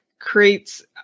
creates